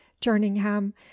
jerningham